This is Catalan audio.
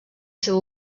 seva